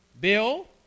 Bill